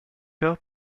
heures